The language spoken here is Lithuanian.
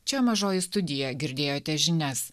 čia mažoji studija girdėjote žinias